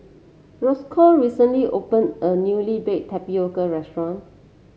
Roscoe recently opened a newly Baked Tapioca restaurant